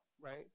right